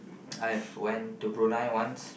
I have went to Brunei once